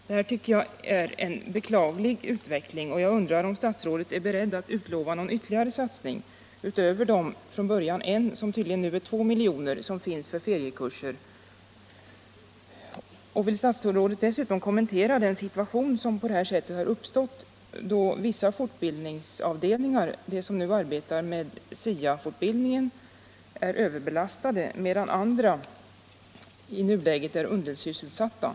Det här tycker jag är en beklaglig utveckling. Jag undrar om statsrådet är beredd att utlova någon ytterligare satsning utöver det belopp på från början I milj.kr. — nu tydligen 2 milj.kr. — som finns för feriekurser. Vill statsrådet dessutom kommentera den situation som på detta sätt har uppstått, då vissa foribildningsavdelningar — de som nu arbetar med SIA fortbildningen — är överbelastade, medan andra i nuläget är undersysselsatta? Vore det inte rimligt att samtliga fortbildningsavdelningar kopplades in i arbetet med SIA-fortbildningen, så att man på det sättet fick en - Nr 95 regional uppläggning? Torsdagen den .